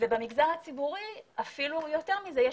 במגזר הציבורי אפילו יותר מזה,